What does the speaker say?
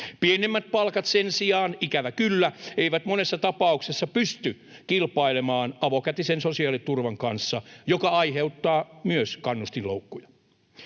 Pienemmät palkat sen sijaan, ikävä kyllä, eivät monessa tapauksessa pysty kilpailemaan avokätisen sosiaaliturvan kanssa, joka aiheuttaa myös kannustinloukkuja.